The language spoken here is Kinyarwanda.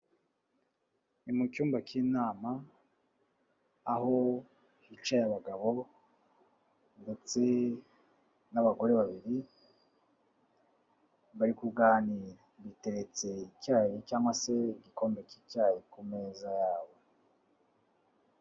Ni mu cyumba cy'inama, aho hicaye abagabo ndetse n'abagore babiri, bari kuganira. Biteretse icyayi cyangwa se igikombe cy'icyayi ku meza yabo.